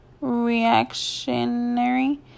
reactionary